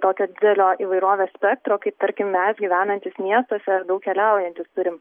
tokio didelio įvairovės spektro kaip tarkim mes gyvenantys miestuose ar daug keliaujantys turim